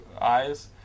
eyes